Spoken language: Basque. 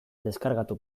deskargatu